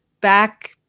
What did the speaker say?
back